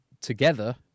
together